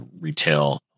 retail